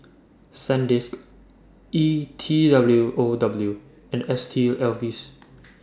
Sandisk E T W O W and S T Ives